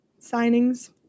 signings